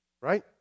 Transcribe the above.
right